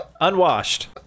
unwashed